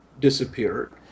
disappeared